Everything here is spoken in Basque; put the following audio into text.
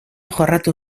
jorratu